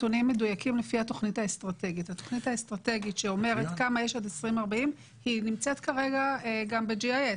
התוכנית האסטרטגית שאומרת כמה יש עד 2040 נמצאת כרגע גם ב-GIS,